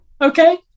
Okay